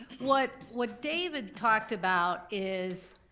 what what david talked about is,